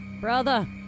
Brother